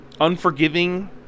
unforgiving